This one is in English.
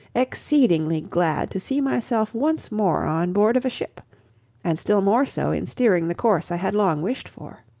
exceedingly glad to see myself once more on board of a ship and still more so, in steering the course i had long wished for.